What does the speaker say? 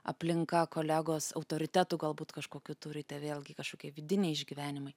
aplinka kolegos autoritetų galbūt kažkokių turite vėlgi kažkokie vidiniai išgyvenimai